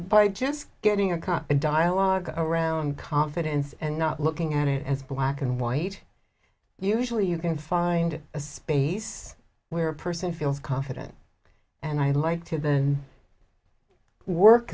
by just getting a car and dialogue around confidence and not looking at it as black and white usually you can find a space where a person feels confident and i like to the work